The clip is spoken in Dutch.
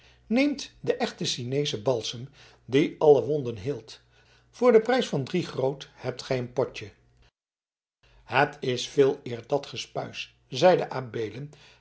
neemt den echten sineeschen balsem die alle wonden heelt voor den prijs van drie groot hebt gij een potje het is veeleer dat gespuis zeide